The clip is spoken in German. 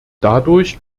dadurch